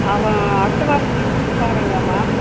அவன் அடுத்த வாரத்தில் டூர் போகிறாங்களாம்மா